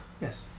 yes